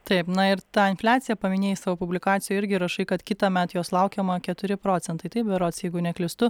taip na ir tą infliaciją paminėjai savo publikacijoj irgi rašai kad kitąmet jos laukiama keturi procentai taip berods jeigu neklystu